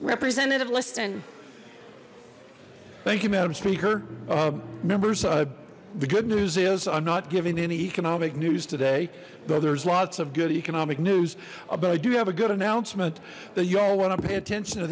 representative liston thank you madam speaker members the good news is i'm not giving any economic news today though there's lots of good economic news but i do have a good announcement that y'all want to pay attention to